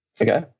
okay